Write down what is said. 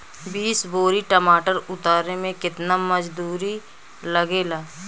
बीस बोरी टमाटर उतारे मे केतना मजदुरी लगेगा?